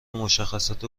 مشخصات